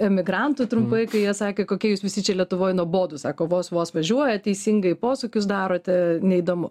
emigrantų trumpai kai jie sakė kokia jūs visi čia lietuvoje nuobodu sako vos vos važiuoja teisingai posūkius darote neįdomu